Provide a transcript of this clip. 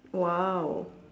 !wow!